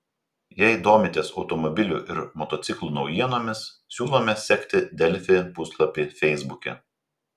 jei domitės automobilių ir motociklų naujienomis siūlome sekti delfi puslapį feisbuke